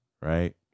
Right